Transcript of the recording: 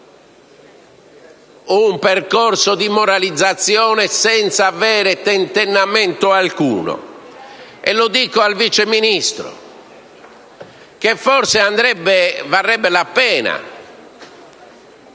un percorso di moralizzazione, senza tentennamento alcuno. Lo dico al Vice Ministro: forse varrebbe la pena